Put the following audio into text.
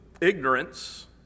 ignorance